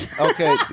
Okay